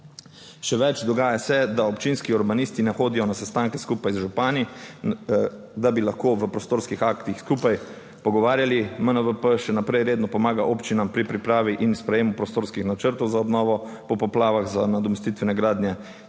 Še več, dogaja se, da občinski urbanisti ne hodijo na sestanke skupaj z župani, da bi lahko v prostorskih aktih skupaj pogovarjali. MNVP še naprej redno pomaga občinam pri pripravi in sprejemu prostorskih načrtov za obnovo po poplavah, za nadomestitvene gradnje.